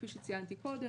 כפי שציינתי קודם,